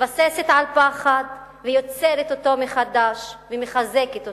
מתבססת על פחד ויוצרת אותו מחדש ומחזקת אותו.